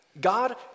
God